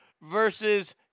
versus